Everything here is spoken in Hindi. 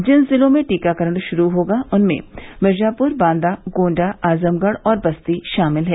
जिन जिलों में टीकाकरण शुरू होगा उनमें मिर्जापुर बांदा गोण्डा आजमगढ़ और बस्ती शामिल हैं